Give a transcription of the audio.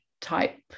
type